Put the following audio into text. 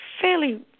fairly